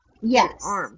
Yes